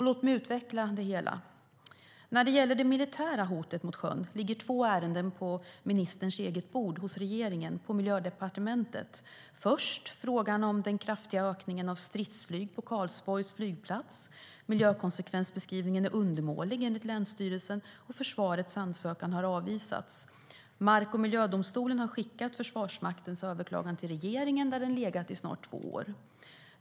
Låt mig utveckla det hela! När det gäller det militära hotet mot sjön ligger två ärenden på ministerns bord - de ligger hos regeringen, på Miljödepartementet. Först är det frågan om den kraftiga ökningen av stridsflyg på Karlsborgs flygplats. Miljökonsekvensbeskrivningen är undermålig, enligt länsstyrelsen, och försvarets ansökan har avvisats. Mark och miljödomstolen har skickat Försvarsmaktens överklagan till regeringen, där den har legat i snart två år.